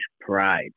pride